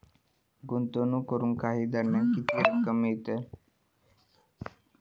गुंतवणूक करून काही दरम्यान किती रक्कम मिळता?